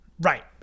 Right